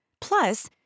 Plus